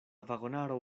vagonaro